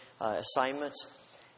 assignments